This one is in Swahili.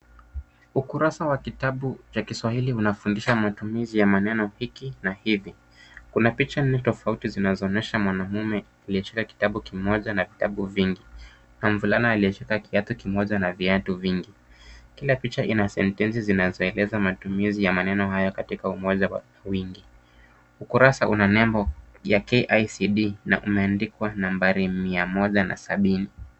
Ukurasa wa kitabu cha kiswahili unafundisha matumizi ya maneno hiki na hivi. Kuna picha nne tofauti zinazoonyesha mwanamme aliyeshika kitabu kitabu kimoja na vitabu vingi na mvulana aliyeshika kiatu kimoja na viatu vingi. Kila picha ina sentensi zinazoeleza matumizi ya maneno hayo katika umoja na wingi. Ukurasa una nembo ya KICD na umeandikwa nambari mia moja na sabini.